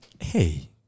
Hey